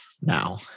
now